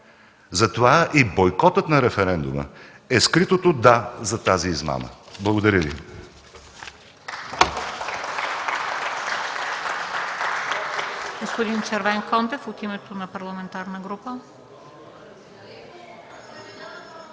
Затова бойкотът на референдума е скритото „да” за тази измама. Благодаря Ви.